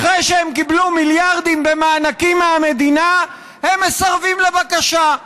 אחרי שהם קיבלו מיליארדים במענקים מהמדינה הם מסרבים לבקשה: